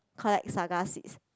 collect saga seeds